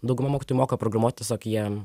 dauguma mokytojų moka programuot tiesiog jie